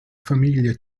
famiglia